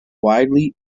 widely